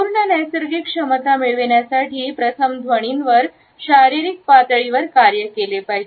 पूर्ण नैसर्गिक क्षमता मिळविण्यासाठी प्रथम ध्वनीवर शारीरिक पातळीवर कार्य केले पाहिजे